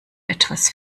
etwas